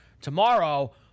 tomorrow